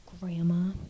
grandma